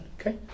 Okay